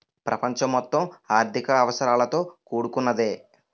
ప్రపంచం మొత్తం ఆర్థిక అవసరాలతో కూడుకున్నదే